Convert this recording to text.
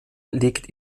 liegt